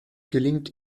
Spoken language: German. gelingt